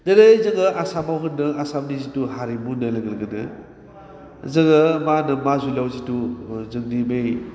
दिनै जोङो आसामाव होनदों आसामनि जिथु हारिमु होन्नाय लोगो लोगोनो जोङो मा होनो माजुलियाव जिथु जोंनि बै